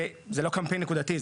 זה לא קמפיין נקודתי,